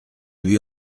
lui